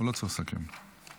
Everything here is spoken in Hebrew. אתה לא צריך לסכם, נכון?